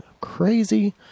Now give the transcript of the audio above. crazy